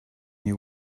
you